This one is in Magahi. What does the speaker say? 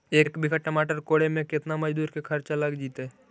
एक बिघा टमाटर कोड़े मे केतना मजुर के खर्चा लग जितै?